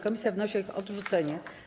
Komisja wnosi o ich odrzucenie.